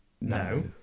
No